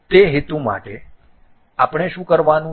તે હેતુ માટે આપણે શું કરવાનું છે